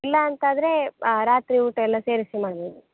ಇಲ್ಲ ಅಂತಾದರೆ ರಾತ್ರಿ ಊಟವೆಲ್ಲ ಸೇರಿಸಿ ಮಾಡ್ಬೌದು